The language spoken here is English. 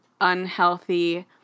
unhealthy